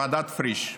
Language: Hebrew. ועדת פריש.